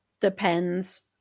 depends